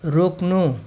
रोक्नु